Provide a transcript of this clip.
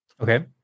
Okay